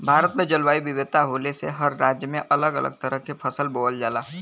भारत में जलवायु विविधता होले से हर राज्य में अलग अलग तरह के फसल बोवल जाला